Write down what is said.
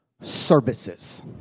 Services